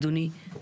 אדוני,